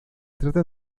trata